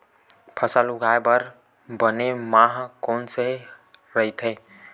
फसल उगाये बर बने माह कोन से राइथे?